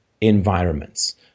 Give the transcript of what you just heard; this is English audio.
environments